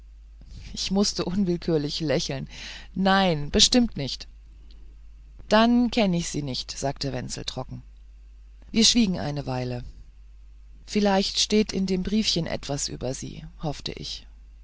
ich mußte unwillkürlich lächeln nein bestimmt nicht dann kenn ich sie nicht sagte wenzel trocken wir schwiegen eine weile vielleicht steht in dem briefchen etwas über sie hoffte ich